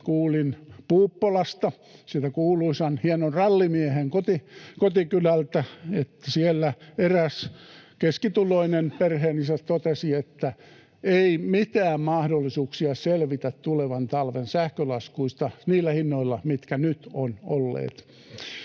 kuulin Puuppolasta — sieltä kuuluisan hienon rallimiehen kotikylältä — että siellä eräs keskituloinen perheenisä totesi, että ei ole mitään mahdollisuuksia selvitä tulevan talven sähkölaskuista niillä hinnoilla, mitkä nyt ovat olleet